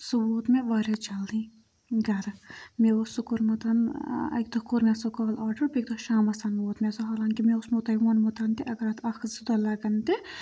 سُہ ووت مےٚ واریاہ جلدی گَرٕ مےٚ اوس سُہ کوٚرمُت اَکہِ دۄہ کوٚر مےٚ سُہ کالہٕ آرڈَر بیٚکہِ دۄہ شامَس ووت مےٚ سُہ حالانکہِ مےٚ اوس مَو تۄہہِ ووٚنمُت تہِ اگر اَتھ اَکھ زٕ دۄہ لَگَن تہِ